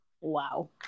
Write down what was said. Wow